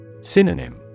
Synonym